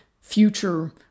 future